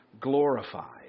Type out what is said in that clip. glorified